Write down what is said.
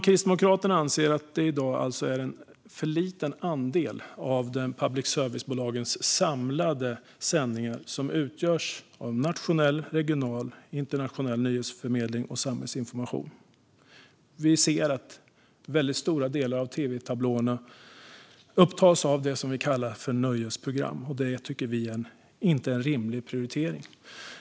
Kristdemokraterna anser att det i dag är en för liten andel av public service-bolagens samlade sändningar som utgörs av nationell, regional och internationell nyhetsförmedling och samhällsinformation. Vi ser att väldigt stora delar av tv-tablåerna upptas av det som vi kallar för nöjesprogram. Det tycker vi inte är en rimlig prioritering.